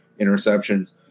interceptions